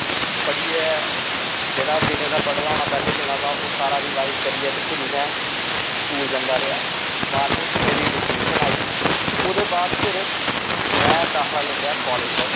पढ़ियै जेह्ड़ा दिनै दा पढ़े दा होनां पैह्लें दिनें दा पढ़े दा होंदा ओह् सारा रिवाईज़ करियै ते फिरी में स्कूल जंदा रेहा बाह्रवीं च मेरी डिसटिंगंशन आई ओह्दे बाद फिर में दाखला लेई लेई कालेज़ तांई